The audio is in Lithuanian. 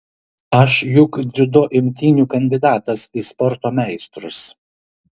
aš juk dziudo imtynių kandidatas į sporto meistrus